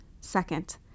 Second